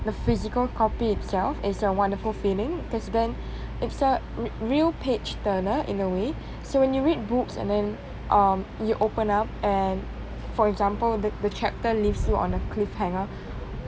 the physical copy itself is a wonderful feeling because then it's a real page turner in a way so when you read books and then um you open up and for example the the chapter leaves you on a cliffhanger